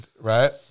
right